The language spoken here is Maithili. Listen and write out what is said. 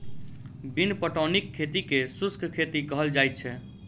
बिन पटौनीक खेती के शुष्क खेती कहल जाइत छै